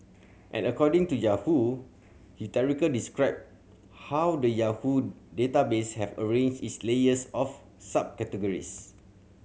and according to Yahoo described how the Yahoo database have arranged its layers of subcategories